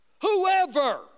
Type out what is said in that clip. Whoever